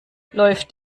läuft